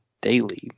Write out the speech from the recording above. daily